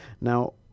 Now